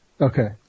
Okay